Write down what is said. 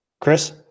Chris